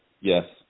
Yes